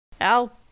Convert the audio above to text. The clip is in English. Al